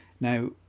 Now